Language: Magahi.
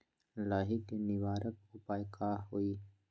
लाही के निवारक उपाय का होई?